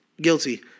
guilty